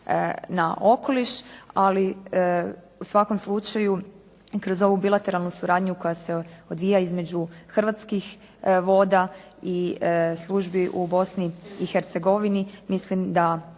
na okoliš, ali u svakom slučaju, kroz ovu bilateralnu suradnju koja se odvija između hrvatskih voda i službi u Bosni i Hercegovini mislim da